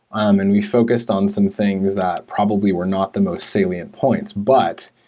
um and we focused on some things that probably were not the most salient points. but,